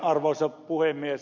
arvoisa puhemies